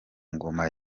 ngoma